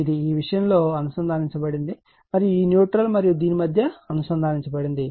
ఇది ఈ విషయం లో అనుసంధానించబడినది మరియు ఈ న్యూట్రల్ మరియు దీని మధ్య అనుసంధానించబడినది